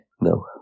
No